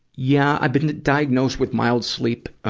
yeah. i've been diagnosed with mild sleep,